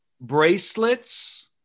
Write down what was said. bracelets